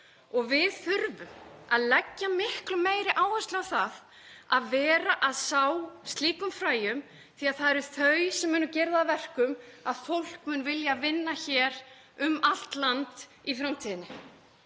Við þurfum að leggja miklu meiri áherslu á að sá slíkum fræjum því það eru þau sem munu gera það að verkum að fólk mun vilja vinna hér um allt land í framtíðinni.